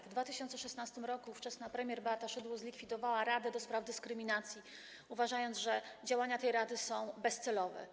W 2016 r. ówczesna premier Beata Szydło zlikwidowała Radę do Spraw Przeciwdziałania Dyskryminacji, uważając, że działania tej rady są bezcelowe.